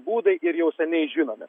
būdai ir jau seniai žinomi